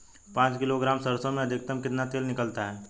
पाँच किलोग्राम सरसों में अधिकतम कितना तेल निकलता है?